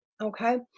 Okay